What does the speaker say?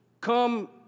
Come